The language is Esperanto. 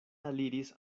aliris